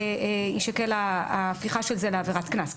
יישקל ההפיכה של זה לעבירת קנס.